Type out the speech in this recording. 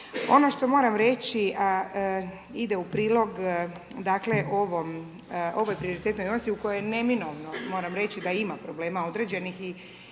Ono što moram reći, a ide u prilog dakle, ovoj prioritetnoj osi u kojoj je neminovno, moram reći da ima problema određenih